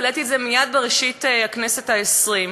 והעליתי את זה מייד בראשית הכנסת העשרים.